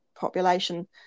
population